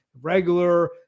regular